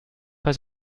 pas